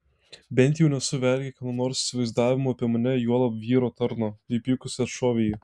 bent jau nesu vergė kieno nors įsivaizdavimo apie mane juolab vyro tarno įpykusi atšovė ji